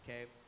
okay